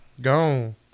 Gone